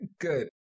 Good